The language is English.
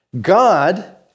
God